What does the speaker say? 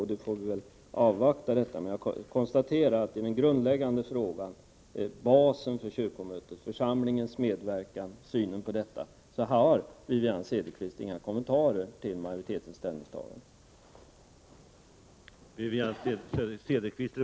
Jag får väl avvakta det, men jag konstaterar att när det gäller min grundläggande fråga — basen för kyrkomötet, synen på församlingarnas medverkan — så har Wivi-Anne Cederqvist inga kommentarer till majoritetens ställningstagande.